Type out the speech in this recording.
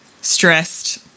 stressed